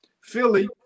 Philly